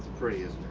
pretty, isn't